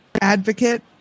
advocate